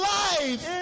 life